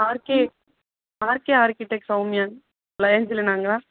RK R K architect Soumya ஏஞ்சலினாங்களா